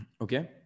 Okay